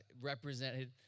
represented